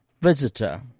visitor